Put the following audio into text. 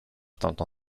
tamtą